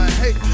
hey